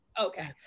Okay